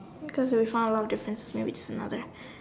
because we found a lot of difference maybe just another